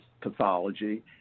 pathology